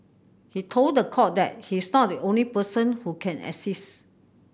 he told the court that he is not the only person who can assist